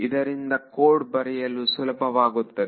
ಇದರಿಂದ ಕೊಡ್ ಬರೆಯಲು ಸುಲಭವಾಗುತ್ತದೆ